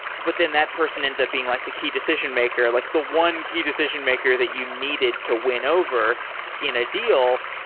but then that person ends up being like the key decision maker, like the one key decision maker that you needed to win over in a deal.